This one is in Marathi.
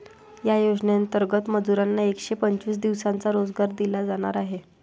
या योजनेंतर्गत मजुरांना एकशे पंचवीस दिवसांचा रोजगार दिला जाणार आहे